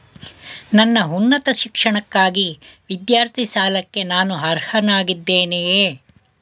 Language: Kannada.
ನನ್ನ ಉನ್ನತ ಶಿಕ್ಷಣಕ್ಕಾಗಿ ವಿದ್ಯಾರ್ಥಿ ಸಾಲಕ್ಕೆ ನಾನು ಅರ್ಹನಾಗಿದ್ದೇನೆಯೇ?